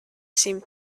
seemed